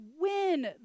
win